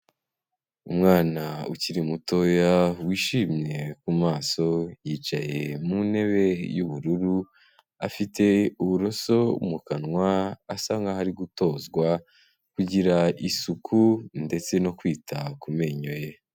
Umwana ukiri mutoya wishimye ku maso, yicaye mu ntebe y'ubururu, afite uburoso mu kanwa asa nkaho ari gutozwa kugira isuku, ndetse no kwita ku menyo ye.